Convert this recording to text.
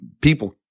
people